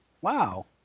Wow